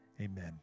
amen